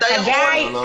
חגי,